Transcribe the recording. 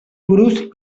buruz